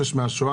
מה ביקשתם להסיר?